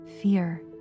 fear